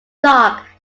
dark